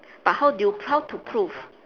but how do you how to prove